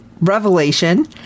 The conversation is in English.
revelation